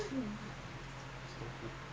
daddy always go back malaysia